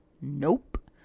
Nope